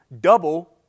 double